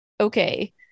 okay